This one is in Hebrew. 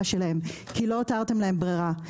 אלא כי לא הותרתם להן ברירה.